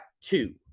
two